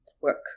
work